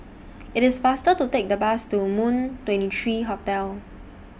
IT IS faster to Take The Bus to Moon twenty three Hotel